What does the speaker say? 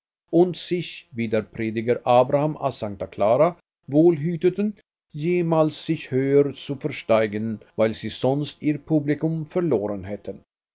und sich wie der prediger abraham a sancta clara wohl hüteten jemals sich höher zu versteigen weil sie sonst ihr publikum verloren hätten